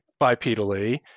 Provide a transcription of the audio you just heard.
bipedally